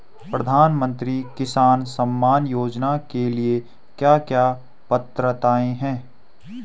प्रधानमंत्री किसान सम्मान योजना के लिए क्या क्या पात्रताऐं हैं?